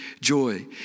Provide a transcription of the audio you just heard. joy